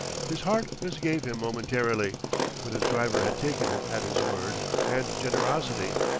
his heart misgave him momentarily but his driver had taken him at his word and generosity,